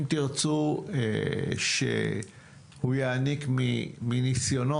אם תירצו שהוא יעניק מניסיונו,